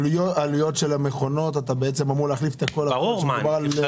ואתה צריך להחליף את כל המכונות --- בזה